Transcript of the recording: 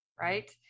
right